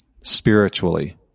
spiritually